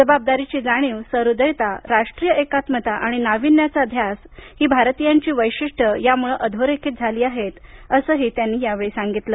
जबाबादारीची जाणीव सहृदयता राष्ट्रीय एकात्मता आणि नावीन्याचा ध्यास ही भारतीयांची वैशिष्ट्ये यामुळे अधोरेखित झाली आहेत असंही त्यांनी या वेळी सांगितलं